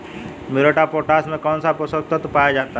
Muriate of potash में कौन सा पोषक तत्व पाया जाता है?